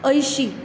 अयशीं